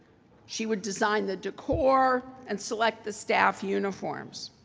she would design the decor and select the staff uniforms,